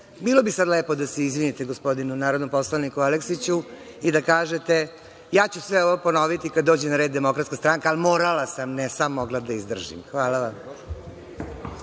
bi bilo lepo da se izvinite gospodinu narodnom poslaniku Aleksiću i da kažete - ja ću sve ovo ponoviti kada dođe na red DS, ali morala sam, nisam mogla da izdržim. Hvala vam.